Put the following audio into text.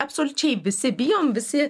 absoliučiai visi bijom visi